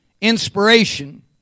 Inspiration